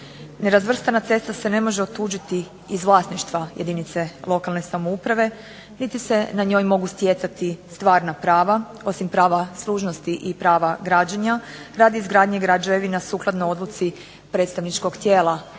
Nerazvrstana cesta se ne može otuđiti iz vlasništva jedinice lokalne samouprave, niti se na njoj mogu stjecati stvarna prava osim prava služnosti i prava građenja radi izgradnje građevina sukladno Odluci predstavničkog tijela